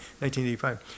1985